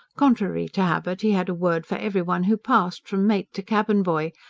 contrary to habit, he had a word for every one who passed, from mate to cabin-boy,